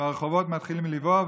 והרחובות מתחילים לבעור,